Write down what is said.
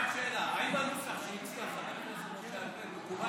רק שאלה, האם הנוסח שהציע חבר הכנסת ארבל מקובל?